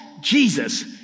Jesus